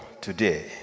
today